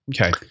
Okay